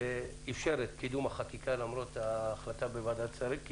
שאיפשר את קידום החקיקה למרות ההחלטה בוועדת שרים.